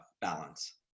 balance